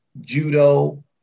judo